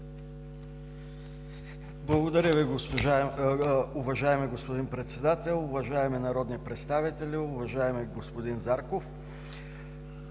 Благодаря Ви, уважаеми господин Председател. Уважаеми народни представители, уважаеми господин Зарков!